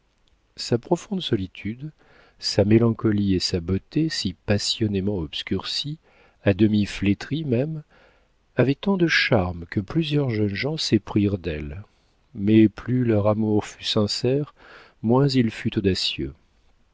sa profonde solitude sa mélancolie et sa beauté si passionnément obscurcie à demi flétrie même avaient tant de charmes que plusieurs jeunes gens s'éprirent d'elle mais plus leur amour fut sincère moins il fut audacieux